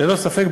ללא ספק,